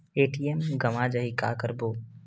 ATM गवां जाहि का करबो?